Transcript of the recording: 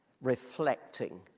reflecting